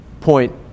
point